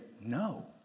no